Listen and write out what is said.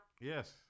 Yes